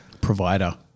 Provider